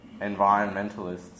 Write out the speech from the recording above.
environmentalists